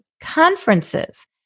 conferences